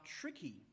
tricky